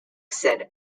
said